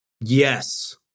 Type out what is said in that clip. Yes